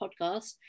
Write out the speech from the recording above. podcast